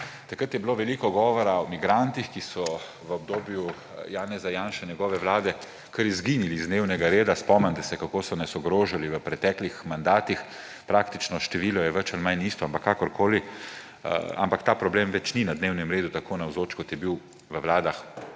Takrat je bilo veliko govora o migrantih, ki so v obdobju Janeza Janše, njegove vlade kar izginili iz dnevnega reda, spomnite se, kako so nas ogrožali v preteklih mandatih. Praktično število je več ali manj isto, ampak kakorkoli, ampak ta problem več ni na dnevnem redu tako navzoč, kot je bil v vladah